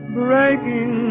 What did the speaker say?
breaking